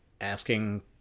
asking